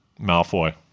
Malfoy